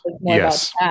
Yes